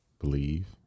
Believe